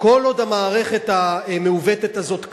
כל עוד המערכת המעוותת הזאת קיימת,